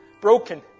Broken